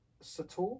Sator